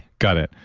got it.